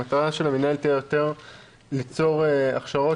המטרה של המינהלת תהיה יותר ליצור הכשרות